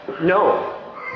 no